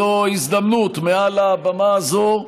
זו ההזדמנות, מעל הבמה הזאת,